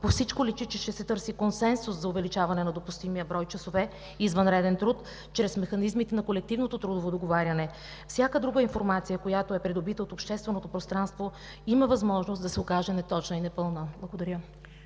По всичко личи, че ще се търси консенсус за увеличаване на допустимия брой часове извънреден труд чрез механизмите на колективното трудово договаряне. Всяка друга информация, която е придобита от общественото пространство, има възможност да се окаже неточна и непълна. Благодаря.